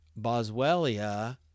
boswellia